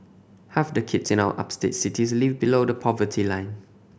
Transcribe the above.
half the kids in our upstate cities live below the poverty line